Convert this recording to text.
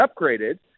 upgraded